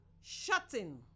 shutting